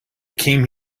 came